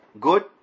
good